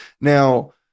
Now